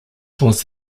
was